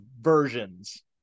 versions